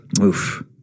Oof